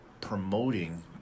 promoting